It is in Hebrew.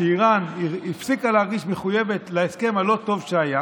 שאיראן הפסיקה להרגיש מחויבת להסכם הלא-טוב שהיה.